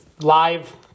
live